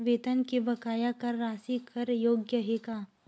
वेतन के बकाया कर राशि कर योग्य हे का?